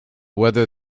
whether